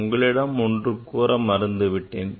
உங்களிடம் ஒன்று கூற மறந்துவிட்டேன்